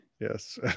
Yes